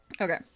Okay